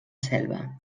selva